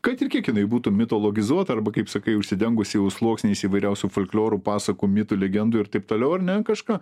kad ir kiek jinai būtų mitologizuota arba kaip sakai užsidengusi jau sluoksniais įvairiausių folklorų pasakų mitų legendų ir taip toliau ar ne kažką